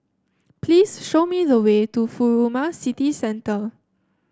please show me the way to Furama City Centre